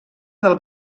del